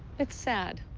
it's sad.